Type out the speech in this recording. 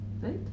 right